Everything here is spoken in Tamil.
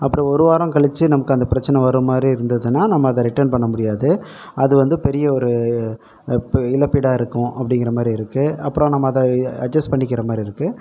அப்புறம் ஒரு வாரம் கழித்து நமக்கு அந்த பிரச்சனை வர மாதிரி இருந்ததுனா நம்ம அதை ரிட்டன் பண்ண முடியாது அது வந்து பெரிய ஒரு பு இழப்பீடாக இருக்கும் அப்படிங்கிற மாதிரி இருக்குது அப்புறம் நம்ம அதை அட்ஜஸ்ட் பண்ணிக்கிற மாதிரி இருக்குது